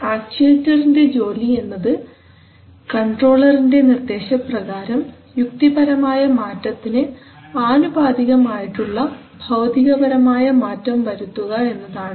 ആക്ച്ചുവെറ്റർൻറെ ജോലി എന്നത് കൺട്രോളർൻറെ നിർദ്ദേശപ്രകാരം യുക്തിപരമായ മാറ്റത്തിന് ആനുപാതികം ആയിട്ടുള്ള ഭൌതികപരമായ മാറ്റം വരുത്തുക എന്നതാണ്